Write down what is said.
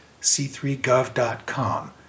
c3gov.com